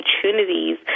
opportunities